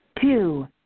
Two